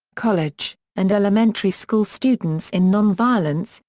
college, and elementary school students in nonviolence,